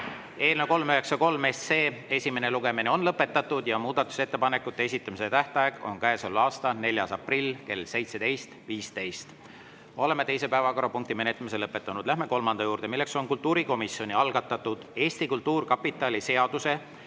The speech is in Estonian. Eelnõu 393 esimene lugemine on lõpetatud ja muudatusettepanekute esitamise tähtaeg on käesoleva aasta 4. aprill kell 17.15. Oleme teise päevakorrapunkti menetlemise lõpetanud. Läheme kolmanda [punkti] juurde, milleks on kultuurikomisjoni algatatud Eesti Kultuurkapitali seaduse